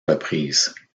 reprises